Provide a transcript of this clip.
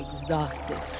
exhausted